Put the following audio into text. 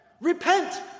Repent